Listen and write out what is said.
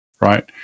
Right